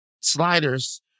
sliders